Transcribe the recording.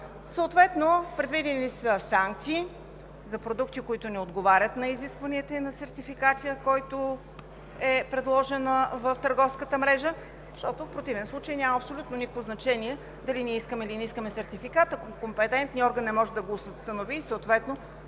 Съответно са предвидени санкции за продуктите, които не отговарят на изискванията и на сертификата, който е предложен в търговската мрежа, защото в противен случай няма абсолютно никакво значение дали ние искаме, или не искаме сертификат, ако компетентният орган не може да го установи и съответно